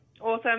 Awesome